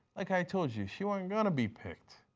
like i told you, she wasn't going to be picked,